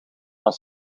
maar